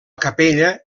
capella